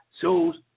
shows